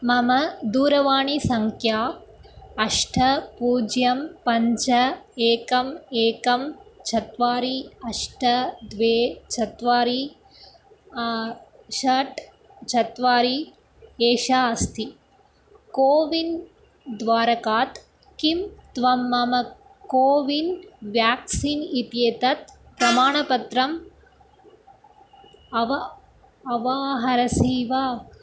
मम दूरवाणीसङ्ख्या अष्ट पूज्यं पञ्च एकम् एकं चत्वारि अष्ट द्वे चत्वारि षट् चत्वारि एषा अस्ति कोविन् द्वारकात् किं त्वं मम कोविन् व्याक्सीन् इत्येतत् प्रमाणपत्रम् अव अवाहरसि वा